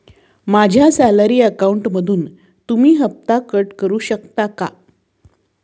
माझ्या सॅलरी अकाउंटमधून तुम्ही हफ्ता कट करू शकता का?